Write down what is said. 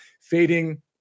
fading